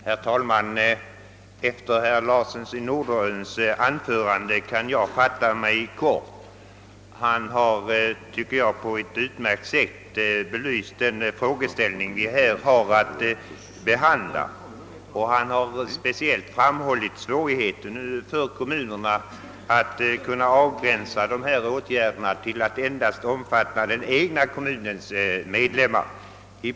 Herr talman! Efter herr Larssons i Norderön anförande kan jag fatta mig kort. Herr Larsson har, tycker jag, på ett utmärkt sätt belyst den frågeställning vi har att behandla, och han har speciellt pekat på svårigheten för kommunerna att kunna avgränsa åtgärderna till att omfatta endast den egna kommunens medlemmar.